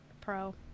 pro